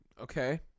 Okay